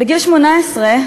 בגיל 18,